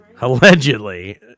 Allegedly